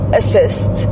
assist